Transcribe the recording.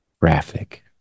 Graphic